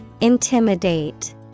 Intimidate